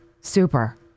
Super